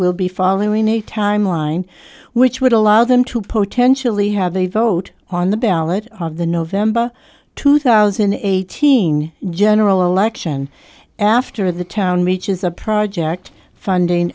will be following a timeline which would allow them to potentially have a vote on the ballot on the november two thousand and eighteen general election after the town reaches a project funding